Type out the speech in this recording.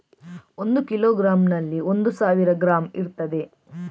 ಒಂದು ಕಿಲೋಗ್ರಾಂನಲ್ಲಿ ಒಂದು ಸಾವಿರ ಗ್ರಾಂ ಇರ್ತದೆ